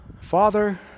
Father